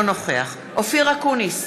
אינו נוכח אופיר אקוניס,